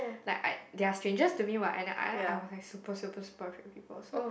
like I they are strangers to me what and then I was like super super super afraid of people so